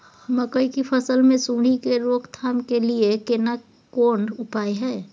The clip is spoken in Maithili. मकई की फसल मे सुंडी के रोक थाम के लिये केना कोन उपाय हय?